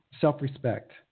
self-respect